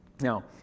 Now